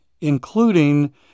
including